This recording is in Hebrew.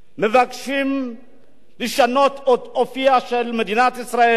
מבקשות לשנות את אופיה של מדינת ישראל,